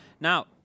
Now